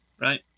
Right